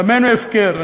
דמנו הפקר,